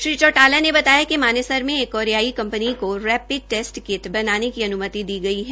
श्री चौटाला ने बताया िक मानेसर के एक कोरियाई कंपनी की रेपिड टेस्ट किट बनाने की अन्मति दी है